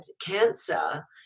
cancer